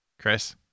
Chris